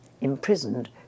imprisoned